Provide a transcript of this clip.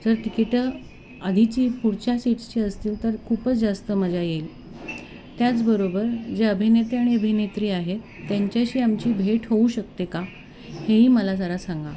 जर तिकीटं आधीची पुढच्या सीट्सची असतील तर खूपच जास्त मजा येईल त्याचबरोबर जे अभिनेते आणि अभिनेत्री आहेत त्यांच्याशी आमची भेट होऊ शकते का हेही मला जरा सांगा